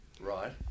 Right